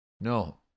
No